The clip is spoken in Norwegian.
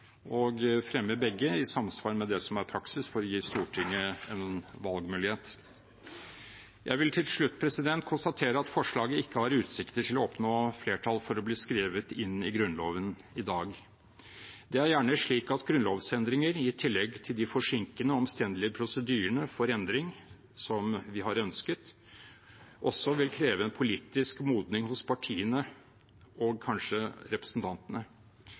og fremmer begge i samsvar med det som er praksis, for å gi Stortinget en valgmulighet. Jeg vil til slutt konstatere at forslaget ikke har utsikter til å oppnå flertall for å bli skrevet inn i Grunnloven i dag. Det er gjerne slik at grunnlovsendringer, i tillegg til de forsinkende omstendelige prosedyrene for endring som vi har ønsket, også vil kreve en politisk modning hos partiene og kanskje representantene.